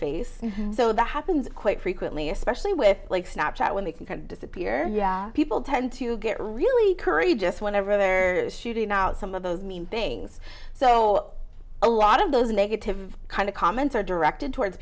face so that happens quite frequently especially with like snap chat when they can disappear people tend to get really courageous whenever they're shooting out some of those mean things so a lot of those negative kind of comments are directed towards